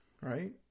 Right